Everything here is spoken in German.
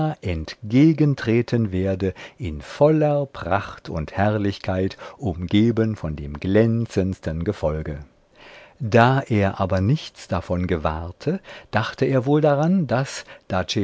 entgegentreten werde in voller pracht und herrlichkeit umgeben von dem glänzendsten gefolge da er aber nichts davon gewahrte dachte er wohl daran daß